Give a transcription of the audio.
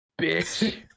bitch